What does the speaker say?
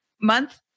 month